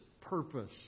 purpose